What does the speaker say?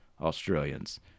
Australians